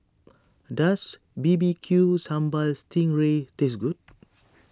does B B Q Sambal Sting Ray taste good